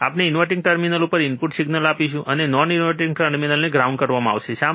આપણે inverting terminal ઉપર input signal આપીશું અને નોન ઇન્વર્ટીંગ ટર્મિનલને ગ્રાઉન્ડ કરવામાં આવશે શા માટે